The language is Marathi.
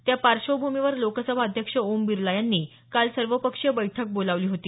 त्यापार्श्वभूमीवर लोकसभा अध्यक्ष ओम बिरला यांनी काल सर्वपक्षीय बैठक बोलावली होती